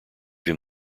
him